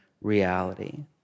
reality